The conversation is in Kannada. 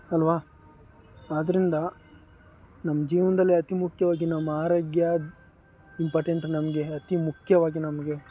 ಅಲ್ವ ಆದ್ದರಿಂದ ನಮ್ಮ ಜೀವನದಲ್ಲಿ ಅತಿ ಮುಖ್ಯವಾಗಿ ನಮ್ಮ ಆರೋಗ್ಯ ಇಂಪಾರ್ಟೆಂಟು ನಮಗೆ ಅತಿ ಮುಖ್ಯವಾಗಿ ನಮಗೆ